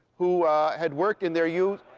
who had worked in their youth